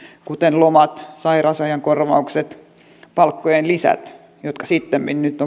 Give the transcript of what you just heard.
kuten lomat sairausajan korvaukset palkkojen lisät jotka sittemmin nyt